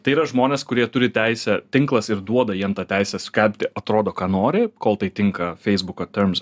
tai yra žmonės kurie turi teisę tinklas ir duoda jiem tą teisę skebti atrodo ką nori kol tai tinka feisbuko terms